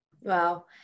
Wow